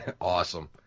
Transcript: Awesome